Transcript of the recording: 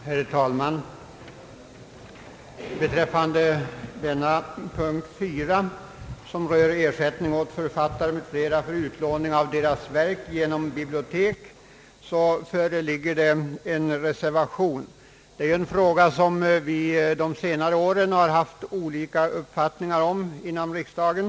Herr talman! Beträffande punkt 4 i utskottsutlåtandet, som rör ersättning åt författare m.fl. för utlåning av deras verk genom bibliotek, föreligger en reservation till utskottets förslag. I denna fråga har vi under senare år haft olika uppfattningar här i riksdagen.